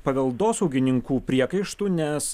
paveldosaugininkų priekaištų nes